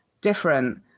different